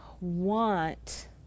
want